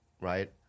right